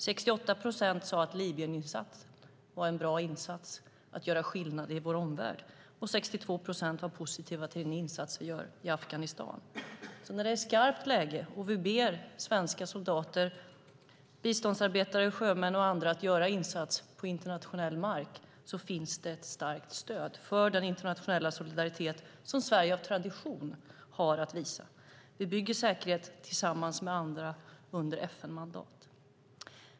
68 procent sade att Libyeninsatsen var en bra insats för att göra skillnad i vår omvärld. 62 procent var positiva till den insats vi gör i Afghanistan. När det är skarpt läge och vi ber svenska soldater, biståndsarbetare, sjömän och andra att göra insats på internationell mark finns det ett starkt stöd för den internationella solidaritet som Sverige av tradition har att visa. Vi bygger säkerhet tillsammans med andra under FN-mandat.